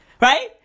right